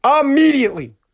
Immediately